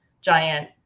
giant